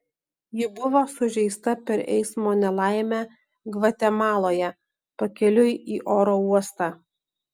ji buvo sužeista per eismo nelaimę gvatemaloje pakeliui į oro uostą